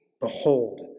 Behold